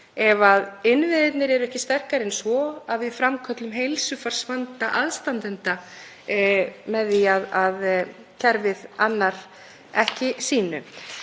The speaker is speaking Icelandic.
ef innviðirnir eru ekki sterkari en svo að við framköllum heilsufarsvanda aðstandenda með því að kerfið annar ekki sínu.